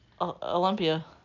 Olympia